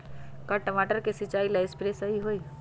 का टमाटर के सिचाई ला सप्रे सही होई?